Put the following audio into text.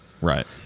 Right